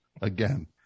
Again